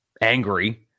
angry